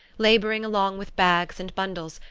labouring along with bags and bundles,